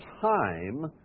time